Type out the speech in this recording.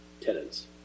tenants